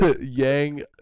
Yang